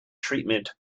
treatment